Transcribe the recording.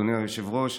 אדוני היושב-ראש,